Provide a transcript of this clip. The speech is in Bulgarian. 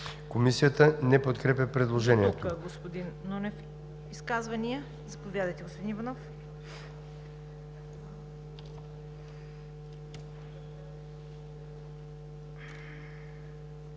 Комисията не подкрепя предложението.